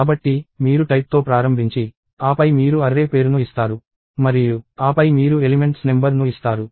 కాబట్టి మీరు టైప్తో ప్రారంభించి ఆపై మీరు అర్రే పేరును ఇస్తారు మరియు ఆపై మీరు ఎలిమెంట్స్ నెంబర్ ను ఇస్తారు